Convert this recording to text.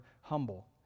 humble